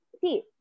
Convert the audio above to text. see